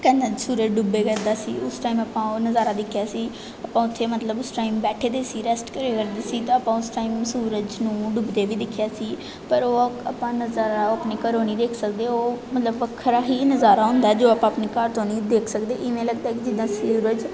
ਸੂਰਜ ਡੁੱਬਿਆ ਕਰਦਾ ਸੀ ਉਸ ਟਾਇਮ ਆਪਾਂ ਉਹ ਨਜ਼ਾਰਾ ਦੇਖਿਆ ਸੀ ਆਪਾਂ ਉੱਥੇ ਮਤਲਬ ਉਸ ਟਾਇਮ ਬੈਠਦੇ ਸੀ ਰੈਸਟ ਕਰਿਆ ਕਰਦੇ ਸੀ ਤਾਂ ਆਪਾਂ ਉਸ ਟਾਇਮ ਸੂਰਜ ਨੂੰ ਡੁੱਬਦੇ ਵੀ ਦੇਖਿਆ ਸੀ ਪਰ ਉਹ ਆਪਾਂ ਨਜ਼ਾਰਾ ਉਹ ਆਪਣੇ ਘਰੋਂ ਨਹੀਂ ਦੇਖ ਸਕਦੇ ਉਹ ਮਤਲਬ ਵੱਖਰਾ ਹੀ ਨਜ਼ਾਰਾ ਹੁੰਦਾ ਹੈ ਜੋ ਆਪਾਂ ਆਪਣੇ ਘਰ ਤੋਂ ਨਹੀਂ ਦੇਖ ਸਕਦੇ ਇਵੇਂ ਲੱਗਦਾ ਕਿ ਜਿੱਦਾਂ ਸੂਰਜ